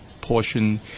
portion